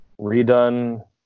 redone